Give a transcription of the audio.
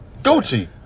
Gucci